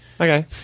okay